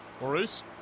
Maurice